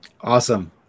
Awesome